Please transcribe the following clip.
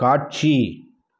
காட்சி